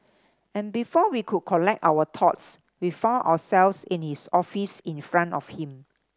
and before we could collect our thoughts we found ourselves in his office in front of him